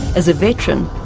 as a veteran,